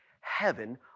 heaven